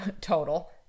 total